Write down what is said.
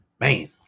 man